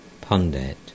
Pundit